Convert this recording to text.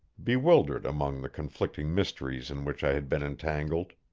bewildered among the conflicting mysteries in which i had been entangled.